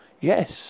Yes